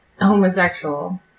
homosexual